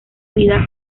vida